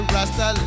Rasta